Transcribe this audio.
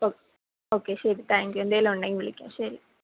ഓ okay ശരി thank you എന്തെങ്കിലും ഉണ്ടെങ്കിൽ വിളിക്കാം ശരി